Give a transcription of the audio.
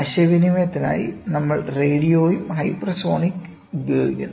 ആശയവിനിമയത്തിനായി നമ്മൾ റേഡിയോയും hypersonic radio hypersonic ഉപയോഗിക്കുന്നു